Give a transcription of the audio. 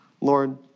Lord